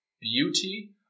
beauty